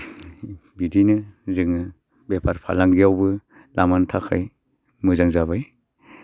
बिदिनो जोङो बेफार फालांगियावबो लामानि थाखाय मोजां जाबाय